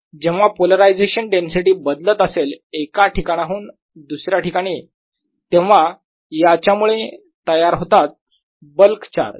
जेव्हा polarization density बदलत असेल एका ठिकाणाहून दुसऱ्या ठिकाणी तेव्हा याच्या मुळे तयार होतात बल्क चार्ज